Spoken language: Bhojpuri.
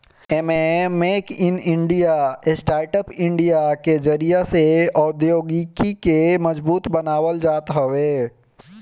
एमे make in India, startup India के जरिया से औद्योगिकी के मजबूत बनावल जात हवे